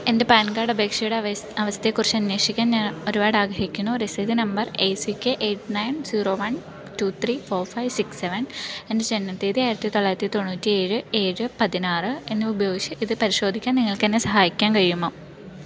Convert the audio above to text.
എൻ്റെ PAN card അപേക്ഷയുടെ അവസ്ഥയെക്കുറിച്ച് അന്വേഷിക്കാൻ ഞാൻ ഒരുപാട് ആഗ്രഹിക്കുന്നു രസീത് number A C K eight nine zero one two three four five six seven എൻ്റെ ജനനതീയതി ആയിരത്തി തൊള്ളായിരത്തി തൊണ്ണൂറ്റി ഏഴ് ഏഴ് പതിനാറ് എന്നിവ ഉപയോഗിച്ചു ഇത് പരിശോധിക്കാൻ നിങ്ങൾക്ക് എന്നെ സഹായിക്കാൻ കഴിയുമോ